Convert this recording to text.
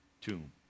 tomb